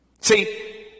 See